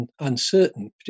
uncertain